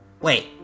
Wait